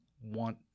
want